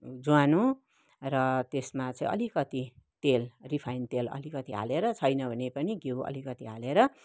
ज्वानो र त्यसमा चाहिँ अलिकति तेल रिफाइन तेल अलिकति हालेर छैन भने पनि घिउ अलिकति हालेर